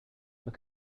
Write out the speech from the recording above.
look